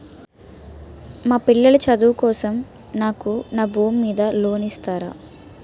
మా పిల్లల చదువు కోసం నాకు నా భూమి మీద లోన్ ఇస్తారా?